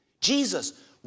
Jesus